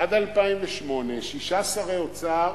עד 2008, שישה שרי אוצר,